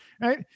Right